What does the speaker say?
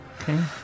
Okay